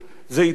זה התחיל,